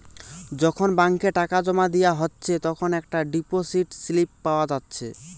যখন ব্যাংকে টাকা জোমা দিয়া হচ্ছে তখন একটা ডিপোসিট স্লিপ পাওয়া যাচ্ছে